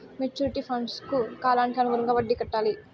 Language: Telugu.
మెచ్యూరిటీ ఫండ్కు కాలానికి అనుగుణంగా వడ్డీ కట్టాలి